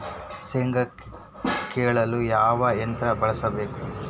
ಶೇಂಗಾ ಕೇಳಲು ಯಾವ ಯಂತ್ರ ಬಳಸಬೇಕು?